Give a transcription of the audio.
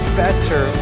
better